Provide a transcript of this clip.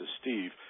Steve